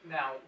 Now